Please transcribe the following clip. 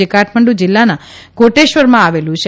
જે કાઠમંડુ જીલ્લાના કોટેશ્વરમાં આવેલું છે